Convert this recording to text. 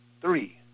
three